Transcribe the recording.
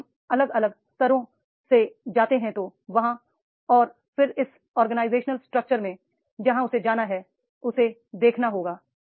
अगर हम अलग अलग स्तरों से जाते हैं तो वहां और फिर इस ऑर्गेनाइजेशनल स्ट्रक्चर में जहां उसे जाना है उसे देखना होगा